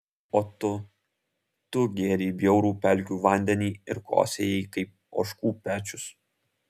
o tu tu gėrei bjaurų pelkių vandenį ir kosėjai kaip ožkų pečius